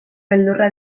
beldurra